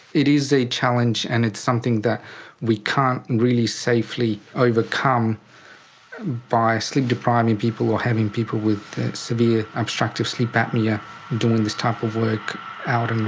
it is a challenge, and it's something that we can't really safely overcome by sleep-depriving people or having people with severe obstructive sleep apnoea doing this type of work out